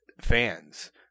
fans